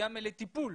וגם לטיפול